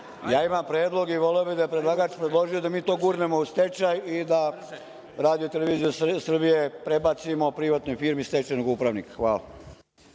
ja imam predlog i voleo bih da je predlagač predložio da mi to gurnemo u stečaj i da RTS prebacimo privatnoj firmi stečajnog upravnika. Hvala.